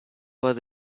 was